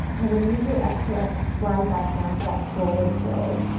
and then use your exhale to slide back down to that forward fold.